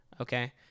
okay